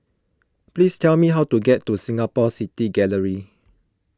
please tell me how to get to Singapore City Gallery